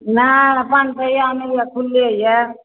नहि अखन कोइ आयल नहि यए खुलले यए